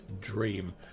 dream